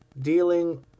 dealing